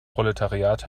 proletariat